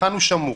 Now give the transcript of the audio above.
היכן הוא שמור?